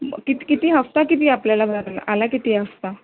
मग किती किती हप्ता किती आपल्याला भरायला आला किती आहे हप्ता